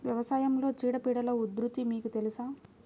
వ్యవసాయంలో చీడపీడల ఉధృతి మీకు తెలుసా?